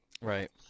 Right